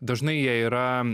dažnai jie yra